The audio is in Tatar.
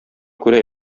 күрә